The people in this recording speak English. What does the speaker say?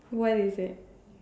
what is it